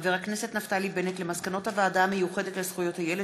נפתלי בנט על מסקנות הוועדה המיוחדת לזכויות הילד